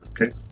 Okay